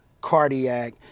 Cardiac